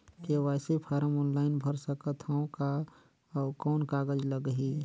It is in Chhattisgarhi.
के.वाई.सी फारम ऑनलाइन भर सकत हवं का? अउ कौन कागज लगही?